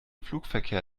flugverkehr